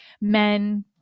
men